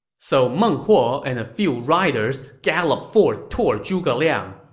so meng huo and a few riders galloped forth toward zhuge liang.